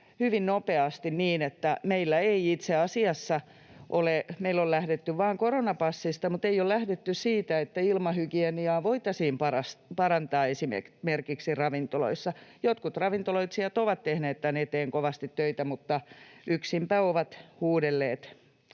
hyvin nopeasti, niin että meillä itse asiassa on lähdetty vaan koronapassista, mutta ei ole lähdetty siitä, että ilmahygieniaa voitaisiin parantaa esimerkiksi ravintoloissa. Jotkut ravintoloitsijat ovat tehneet tämän eteen kovasti töitä, mutta yksinpä ovat huudelleet